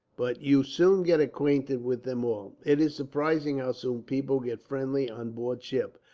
but you soon get acquainted with them all. it is surprising how soon people get friendly on board ship,